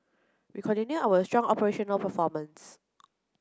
we continue our strong operational performance